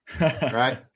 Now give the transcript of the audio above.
right